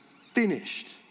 finished